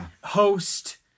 host